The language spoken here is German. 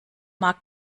mag